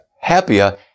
happier